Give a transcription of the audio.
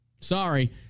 Sorry